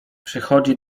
przychodzi